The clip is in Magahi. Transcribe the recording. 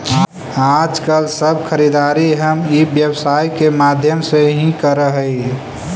आजकल सब खरीदारी हम ई व्यवसाय के माध्यम से ही करऽ हई